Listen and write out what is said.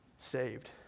Saved